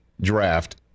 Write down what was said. draft